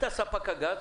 אתה ספק הגז,